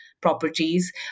properties